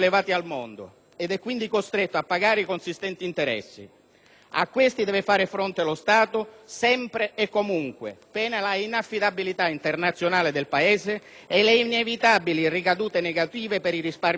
A questi deve far fronte lo Stato, sempre e comunque, pena l'inaffidabilità internazionale del Paese e le inevitabili ricadute negative per i risparmiatori che investono sul nostro sistema economico e finanziario.